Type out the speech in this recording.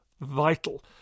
Vital